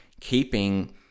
keeping